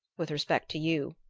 with respect to you.